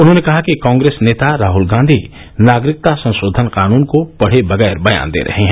उन्होंने कहा कि कांग्रेस नेता राहल गांधी नागरिकता संशोधन कानून को पढ़े बगैर बयान दे रहे हैं